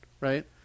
right